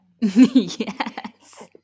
Yes